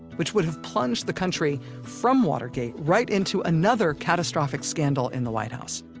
which would have plunged the country from watergate right into another catastrophic scandal in the white house,